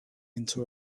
into